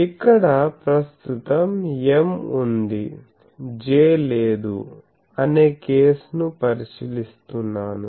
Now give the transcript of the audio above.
ఇక్కడ ప్రస్తుతం M ఉంది J లేదు అనే కేసు ను పరిశీలిస్తున్నాను